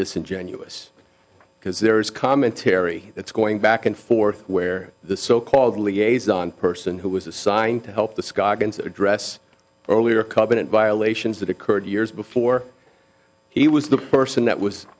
disingenuous because there is commentary that's going back and forth where the so called liaison person who was assigned to help the scoggins address earlier covenant violations that occurred years before he was the person that was